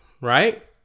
right